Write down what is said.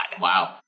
Wow